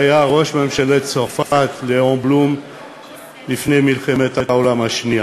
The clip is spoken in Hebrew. שהיה ראש ממשלת צרפת לפני מלחמת העולם השנייה.